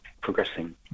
progressing